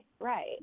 Right